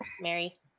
Mary